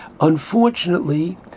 unfortunately